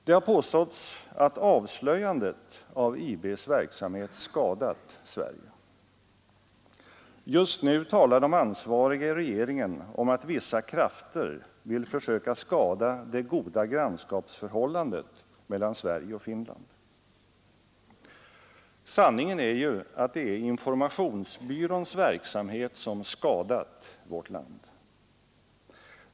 Det har påståtts att avslöjandet av IB:s verksamhet skadat Sverige. Just nu talar de ansvariga i regeringen om att vissa krafter vill försöka skada det goda grannskapsförhållandet mellan Sverige och Finland. Sanningen är ju att det är informationsbyråns verksamhet som s".adat vårt land.